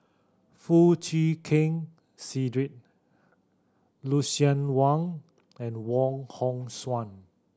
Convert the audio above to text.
Foo Chee Keng Cedric Lucien Wang and Wong Hong Suen